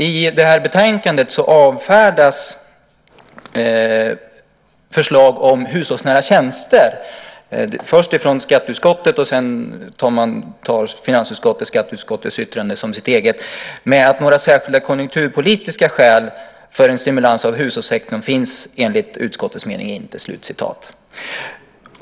I betänkandet avfärdas förslag om skatteavdrag för hushållsnära tjänster, först av skatteutskottet och sedan tar finansutskottet yttrandet från skatteutskottet som sitt eget: "Några särskilda konjunkturpolitiska skäl för en stimulans av hushållssektorn finns enligt utskottets mening inte."